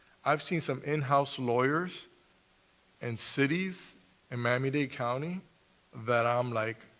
i've seen some in-house lawyers and cities and miami-dade county that i'm like,